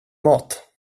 mat